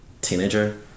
teenager